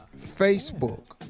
Facebook